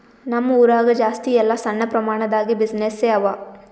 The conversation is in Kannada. ನಮ್ ಊರಾಗ ಜಾಸ್ತಿ ಎಲ್ಲಾ ಸಣ್ಣ ಪ್ರಮಾಣ ದಾಗೆ ಬಿಸಿನ್ನೆಸ್ಸೇ ಅವಾ